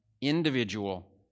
individual